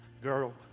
Girl